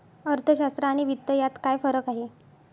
अर्थशास्त्र आणि वित्त यात काय फरक आहे